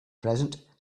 present